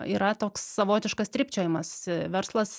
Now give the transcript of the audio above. yra toks savotiškas trypčiojimas verslas